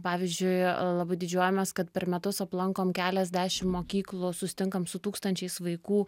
pavyzdžiui labai didžiuojamės kad per metus aplankom keliasdešim mokyklų susitinkam su tūkstančiais vaikų